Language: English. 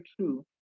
true